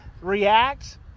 react